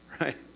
right